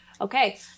okay